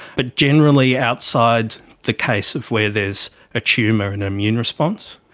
but generally outside the case of where there is a tumour and an immune response,